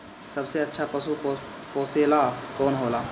सबसे अच्छा पशु पोसेला कौन होला?